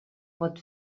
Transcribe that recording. pot